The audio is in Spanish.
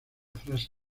fase